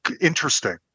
interesting